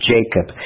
Jacob